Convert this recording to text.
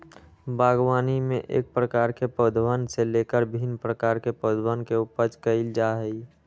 बागवानी में एक प्रकार के पौधवन से लेकर भिन्न प्रकार के पौधवन के उपज कइल जा हई